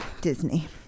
Disney